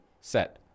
Set